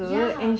ya